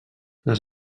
les